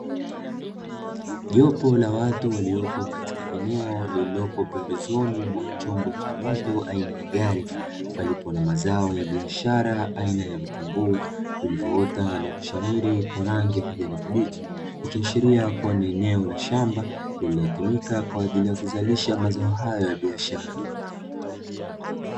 Jopo la watu waliopo katika eneo lililopo pembezoni mwa chombo cha moto aina ya gari, palipo na mazao ya biashara aina ya vitunguu vilivyoota na kushamiri kwa rangi ya kijani kibichi, ikiashiria kuwa ni eneo la shamba linalotumika kwa ajili ya kuzalisha mazao haya ya biashara.